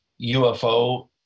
UFO